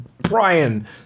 Brian